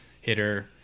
hitter